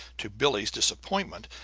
to billie's disappointment,